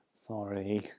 Sorry